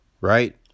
right